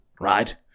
right